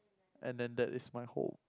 and then that is my home